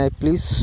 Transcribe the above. please